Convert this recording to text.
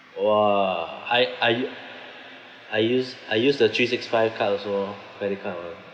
!wah! I I I use I use the three six five cards also orh credit card [one]